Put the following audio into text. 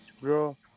bro